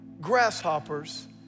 grasshoppers